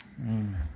Amen